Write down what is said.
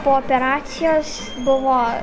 po operacijos buvo